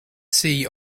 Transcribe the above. see